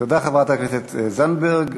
תודה, חברת הכנסת זנדברג.